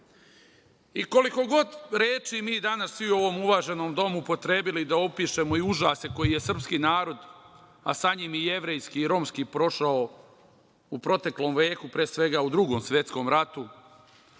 Koliko god reči mi danas u ovom uvaženom Domu upotrebili da upišemo i užase koji je srpski narod, a sa njim i jevrejski, romski, prošao u proteklom veku, pre svega, u Drugom svetskom ratu,